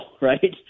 right